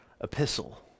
epistle